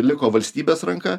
liko valstybės ranka